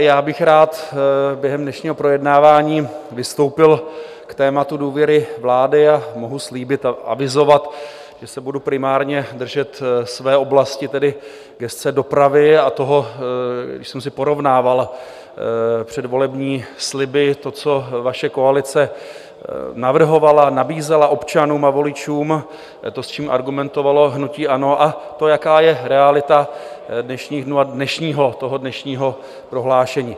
Já bych rád během dnešního projednávání vystoupil k tématu důvěry vlády a mohu slíbit a avizovat, že se budu primárně držet své oblasti, tedy gesce dopravy a toho, když jsem si porovnával předvolební sliby, to co vaše koalice navrhovala, nabízela občanům a voličům, to, s čím argumentovalo hnutí ANO, a to, jaká je realita dnešních dnů a toho dnešního prohlášení.